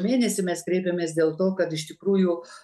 mėnesį mes kreipėmės dėl to kad iš tikrųjų